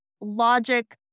logic